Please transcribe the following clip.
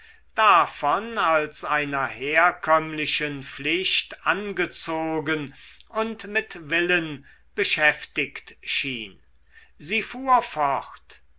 davon als einer herkömmlichen pflicht angezogen und mit willen beschäftigt schien sie fahr fort